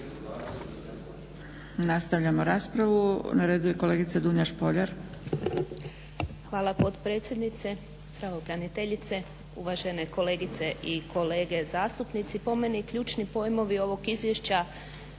Nastavljamo raspravu. Na redu je kolegica Dunja Špoljar.